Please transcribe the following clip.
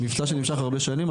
זה מבצע שנמשך הרבה שנים,